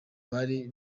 bari